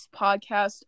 podcast